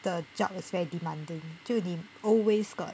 the job is very demanding 就你 always got